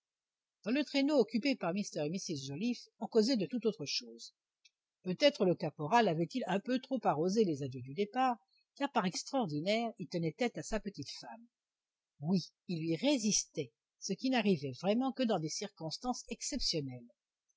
dans le traîneau occupé par mr et mrs joliffe on causait de toute autre chose peut-être le caporal avait-il un peu trop arrosé les adieux du départ car par extraordinaire il tenait tête à sa petite femme oui il lui résistait ce qui n'arrivait vraiment que dans des circonstances exceptionnelles